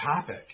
topic